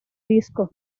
disco